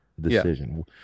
decision